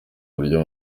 buryo